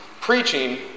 preaching